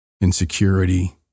insecurity